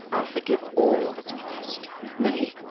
i'll forgive all that's past nay,